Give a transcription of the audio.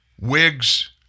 wigs